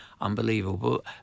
unbelievable